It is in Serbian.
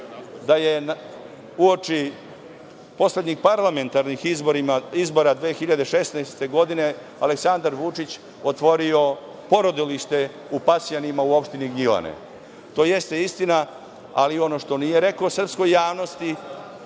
da je uoči poslednjih parlamentarnih izbora 2016. godine Aleksandar Vučić otvorio porodilište u Pasjanima u opštini Gnjilane. To jeste istina, ali ono što nije rekao srpskoj javnosti,